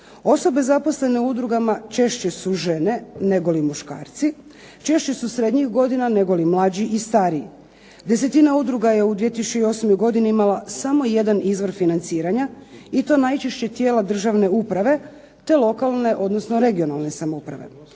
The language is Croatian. Osobe zaposlene u udrugama češće su žene negoli muškarci, češće su srednjih godina negoli mlađi ili stariji. Desetina udruga je u 2008. godini imala samo jedan izvor financiranja i to najčešće tijela državne uprave, te lokalne i (regionalne) samouprave.